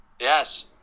Yes